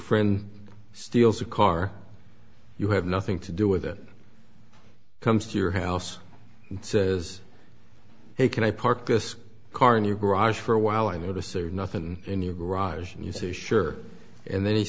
friend steals a car you have nothing to do with it comes to your house says hey can i park this car in your garage for a while i notice or nothing in your garage and you say sure and then he